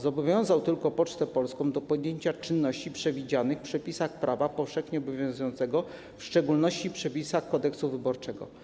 Zobowiązał tylko Pocztę Polską do podjęcia czynności przewidzianych w przepisach prawa powszechnie obowiązującego, w szczególności w przepisach Kodeksu wyborczego.